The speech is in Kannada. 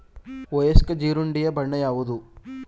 ವಯಸ್ಕ ಜೀರುಂಡೆಯ ಬಣ್ಣ ಯಾವುದು?